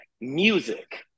Music